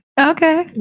Okay